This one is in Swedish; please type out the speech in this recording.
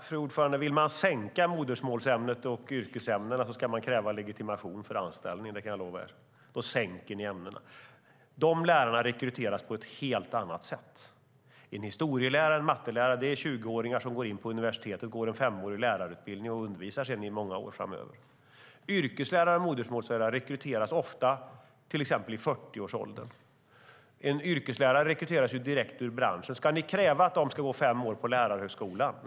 Fru talman! Vill man sänka modersmålsämnet och yrkesämnena ska man kräva legitimation för anställning, det kan jag lova er. Då sänker ni ämnena. De lärarna rekryteras på ett helt annat sätt. Det är 20-åringar som blir historielärare eller mattelärare efter en femårig lärarutbildning på universitetet. Sedan undervisar de i många år framöver. Yrkeslärare och modersmålslärare rekryteras ofta från personer i till exempel 40-årsåldern. En yrkeslärare rekryteras direkt från branschen. Ska ni kräva att dessa 40-åringar ska gå fem år på lärarhögskolan?